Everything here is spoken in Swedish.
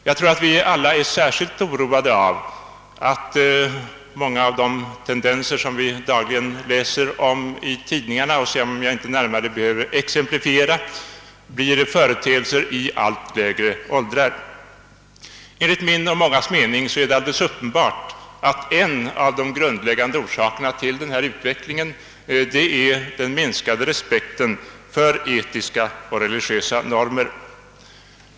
Jag tror att vi alla är särskilt oroade av att många av de tendenser, som vi dagligen läser om i tidningarna och som jag inte närmare behöver exemplifiera, blir företeelser i allt lägre åldrar. Enligt min och mångas mening är det alldeles uppenbart att en av de grundläggande orsakerna till denna utveckling är den minskade respekten för etiska och religiösa normer.